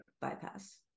Bypass